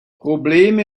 probleme